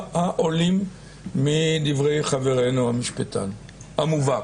העולים מדברי חברינו המשפטן המובהק.